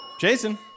jason